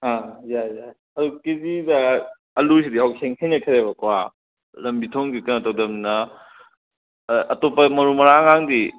ꯌꯥꯏ ꯌꯥꯏ ꯑꯗꯨ ꯀꯦꯖꯤꯗ ꯑꯥꯂꯨꯁꯤꯗꯤ ꯍꯧꯖꯤꯛ ꯍꯦꯟꯒꯠꯈ꯭ꯔꯦꯕꯀꯣ ꯂꯝꯕꯤ ꯊꯣꯡꯗꯤ ꯀꯩꯅꯣ ꯇꯧꯗꯃꯤꯅ ꯑꯇꯣꯞꯄ ꯃꯔꯨ ꯃꯔꯥꯡꯒꯗꯤ